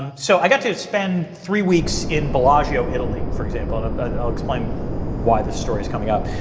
so i got to spend three weeks in bellagio italy, for example i'll explain why this story is coming up